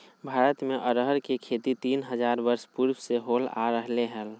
भारत में अरहर के खेती तीन हजार वर्ष पूर्व से होल आ रहले हइ